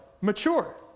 mature